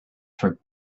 throw